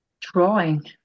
drawing